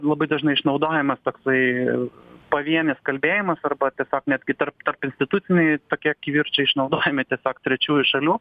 labai dažnai išnaudojamas toksai pavienis kalbėjimas arba tiesiog netgi tarp tarpinstituciniai tokie kivirčai išnaudojami tiesiog trečiųjų šalių